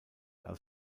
als